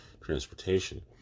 transportation